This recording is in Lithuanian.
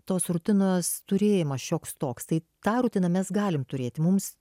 tos rutinos turėjimas šioks toks tai tą rutiną mes galim turėti mums